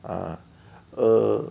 uh err